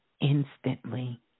instantly